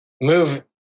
move